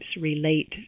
relate